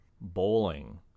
bowling